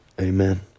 amen